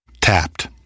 Tapped